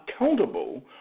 accountable